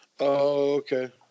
Okay